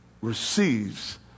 receives